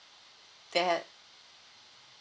they had